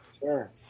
Sure